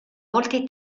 molti